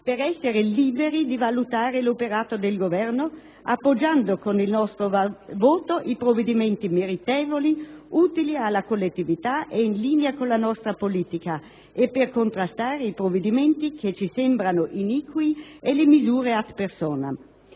per essere liberi di valutare l'operato del Governo appoggiando con il nostro voto i provvedimenti meritevoli, utili alla collettività e in linea con la nostra politica e per contrastare i provvedimenti che ci sembrano iniqui e le misure *ad personam*.